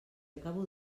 acabo